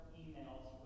emails